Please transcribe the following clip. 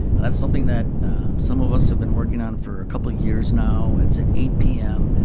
that's something that some of us have been working on for a couple years now, it's at eight p m.